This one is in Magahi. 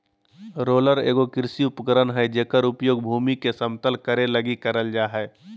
रोलर एगो कृषि उपकरण हइ जेकर उपयोग भूमि के समतल करे लगी करल जा हइ